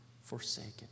forsaken